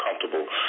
comfortable